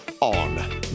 on